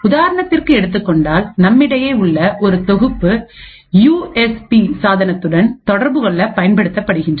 உதாரணத்துக்கு எடுத்துக் கொண்டால் நம்மிடையே உள்ள ஒரு தொகுப்பு யூ எஸ் பி சாதனத்துடன் தொடர்புகொள்ள பயன்படுத்தப்படுகின்றது